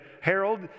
Harold